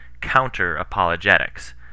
counter-apologetics